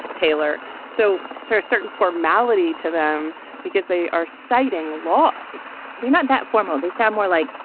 taylor so sir, a certain formality to them because they are citing law as they're not that formal they sound more like,